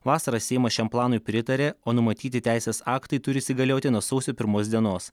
vasarą seimas šiam planui pritarė o numatyti teisės aktai turi įsigalioti nuo sausio pirmos dienos